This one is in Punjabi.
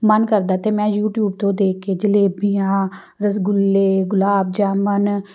ਮਨ ਕਰਦਾ ਤਾਂ ਮੈਂ ਯੂਟੀਊਬ ਤੋਂ ਦੇਖ ਕੇ ਜਲੇਬੀਆਂ ਰਸਗੁੱਲੇ ਗੁਲਾਬ ਜਾਮੁਨ